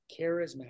charismatic